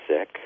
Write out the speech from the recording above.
sick